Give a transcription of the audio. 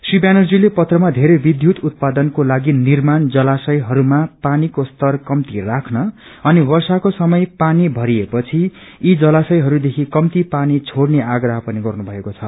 श्री व्यानर्जीले पत्रमा बेरै विद्युत उत्पादनको लागि निर्माण जलाशयहरूमा पानीको स्तर कम्ती राख्न अनि वर्षाको समय पानी भरिए पछि यी जलाशयहरूदेखि कम्ती पानी छोड्ने आप्रह पनि गर्नुभएको छ